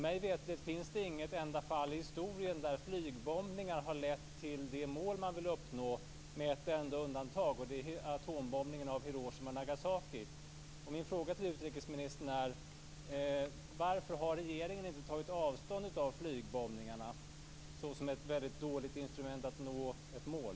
Mig veterligt har flygbombningar inte i ett enda fall i historien lett till de mål som man velat uppnå - med ett enda undantag, nämligen atombomberna över Hiroshima och Nagasaki. Min fråga till utrikesministern är: Varför har regeringen inte tagit avstånd från flygbombningarna som ett väldigt dåligt instrument för att nå ett mål?